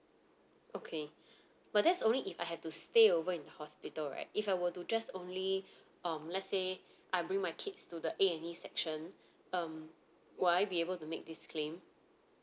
okay but that's only if I have to stay over in hospital right if I were to just only um let's say I bring my kids to the A&E section um will I be able to make this claim